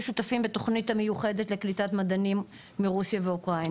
שותפים בתוכנית המיוחדת לקליטת מדענים מרוסיה ואוקראינה.